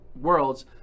Worlds